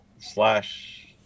slash